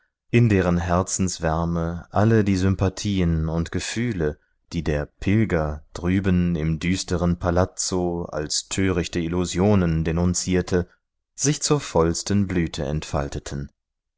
in deren herzenswärme alle die sympathien und gefühle die der pilger drüben im düsteren palazzo als törichte illusionen denunzierte sich zur vollsten blüte entfalteten